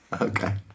Okay